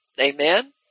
Amen